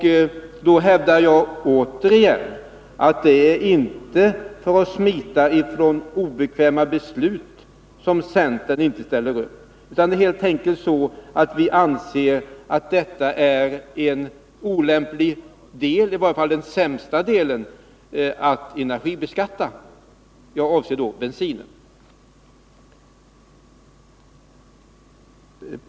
Jag hävdar återigen att det inte är för att smita från obekväma beslut som centern inte ställer upp. Det är helt enkelt så, att vi anser att bensinen är ett olämpligt område — i varje fall det sämsta området — när det gäller att energibeskatta.